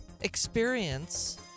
experience